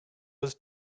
was